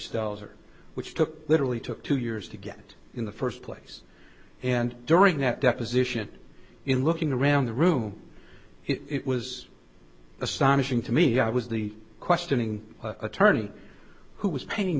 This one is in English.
stelzer which took literally took two years to get in the first place and during that deposition in looking around the room it was astonishing to me i was the questioning attorney who was paying